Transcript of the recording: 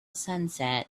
sunset